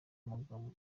magambo